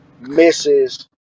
misses